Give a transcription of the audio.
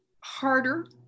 harder